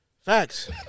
facts